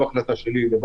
זאת לא החלטה שלי לבד.